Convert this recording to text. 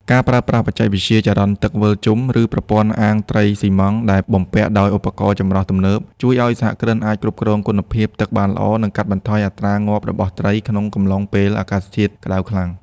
ការប្រើប្រាស់បច្ចេកវិទ្យាចរន្តទឹកវិលជុំ ឬប្រព័ន្ធអាងត្រីស៊ីម៉ងត៍ដែលបំពាក់ដោយឧបករណ៍ចម្រោះទំនើប ជួយឱ្យសហគ្រិនអាចគ្រប់គ្រងគុណភាពទឹកបានល្អ និងកាត់បន្ថយអត្រាងាប់របស់ត្រីក្នុងកំឡុងពេលអាកាសធាតុក្ដៅខ្លាំង។